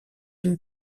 une